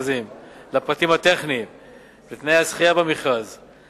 בכנסת הקודמת אף עבר תיקון לחוק המעגן את